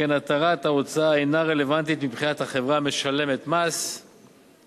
שכן התרת ההוצאה אינה רלוונטית מבחינת החברה המשלמת מס מופחת,